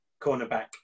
cornerback